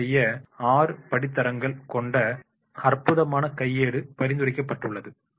சேவை செய்ய ஆறு படித்தரங்கள் கொண்ட அற்புதமான கையேடு பரிந்துரைக்கப்பட்டுள்ளது